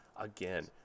again